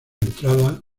entrada